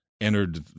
entered